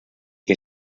què